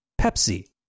Pepsi